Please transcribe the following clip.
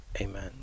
Amen